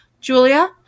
Julia